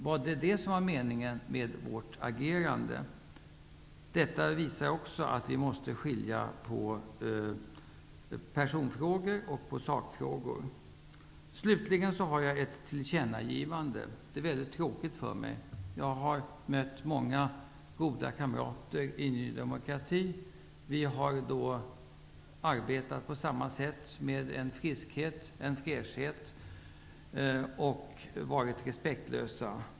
Var det meningen med vårt agerande? Detta visar också att vi måste skilja på personfrågor och sakfrågor. Slutligen har jag ett tillkännagivande. Det är mycket tråkigt för mig. Jag har mött många goda kamrater i Ny demokrati. Vi har arbetat på samma sätt, med en friskhet, en fräschhet och varit respektlösa.